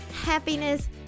happiness